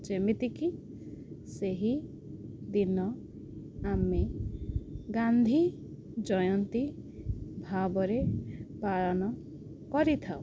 ଯେମିତିକି ସେହି ଦିନ ଆମେ ଗାନ୍ଧୀ ଜୟନ୍ତୀ ଭାବରେ ପାଳନ କରିଥାଉ